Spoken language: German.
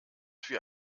für